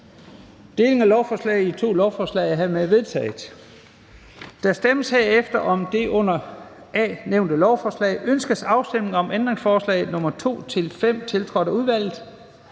Delingen af lovforslaget i to lovforslag er vedtaget. Der stemmes herefter under det A nævnte lovforslag: Ønskes afstemning om ændringsforslag nr. 2-4, tiltrådt af udvalget?